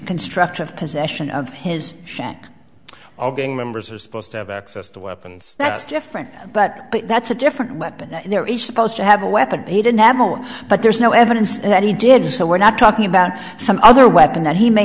constructive possession of his shack all being members are supposed to have access to weapons that's different but that's a different weapon and there is supposed to have a weapon he didn't have more but there's no evidence that he did so we're not talking about some other weapon that he may